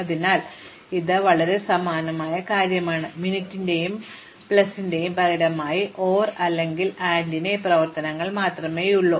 അതിനാൽ ഇത് വളരെ സമാനമായ കാര്യമാണ് മിനിറ്റിന്റെയും പ്ലസിന്റെയും പകരമായി OR അല്ലെങ്കിൽ AND ന്റെ ഈ പ്രവർത്തനങ്ങൾ ഞങ്ങൾക്ക് മാത്രമേയുള്ളൂ